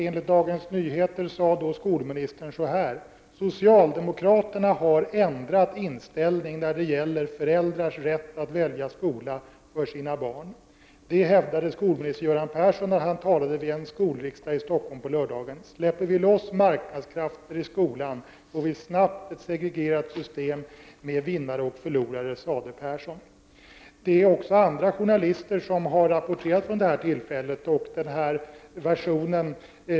Enligt Dagens Nyheter sades följande: ”Socialdemokraterna har ändrat inställning när det gäller föräldrars rätt att välja skola för sina barn. Det hävdade skolminister Göran Persson när han talade vid en skolriksdag i Stockholm på lördagen. — Släpper vi loss marknadskrafter i skolan får vi snabbt ett segregerat system med vinnare och förlorare, sade Persson.” Andra journalister har också rapporterat från detta tillfälle och haft ungefär samma version.